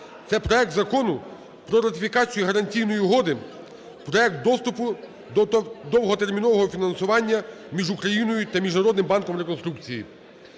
це проект Закону про ратифікацію Гарантійної угоди (Проект доступу до довготермінового фінансування) між Україною та Міжнародним банком реконструкції.